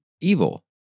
evil